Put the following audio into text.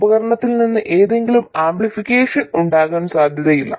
ഉപകരണത്തിൽ നിന്ന് ഏതെങ്കിലും ആംപ്ലിഫിക്കേഷൻ ഉണ്ടാകാൻ സാധ്യതയില്ല